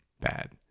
bad